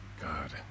God